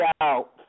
out